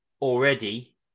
already